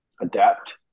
adapt